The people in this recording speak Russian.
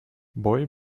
бой